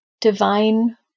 divine